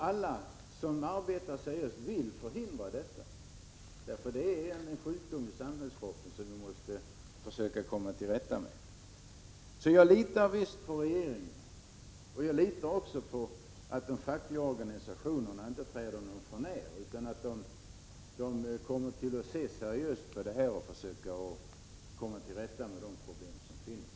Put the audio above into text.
Alla som arbetar seriöst vill förhindra detta missbruk, för det är en sjukdom i samhällskroppen som man måste komma till rätta med. Jag litar på regeringen, och jag litar också på att de fackliga organisationerna inte träder någon förnär utan kommer att se seriöst på detta och försöka komma till rätta med de problem som finns.